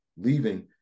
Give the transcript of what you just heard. leaving